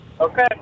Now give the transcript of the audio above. Okay